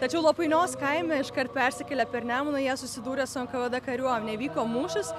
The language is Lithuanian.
tačiau lapainios kaime iškart persikėlę per nemuną jie susidūrė su nkvd kariuomene įvyko mūšis